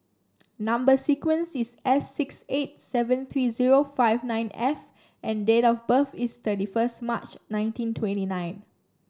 number sequence is S six eight seven three zero five nine F and date of birth is thirty first March nineteen twenty nine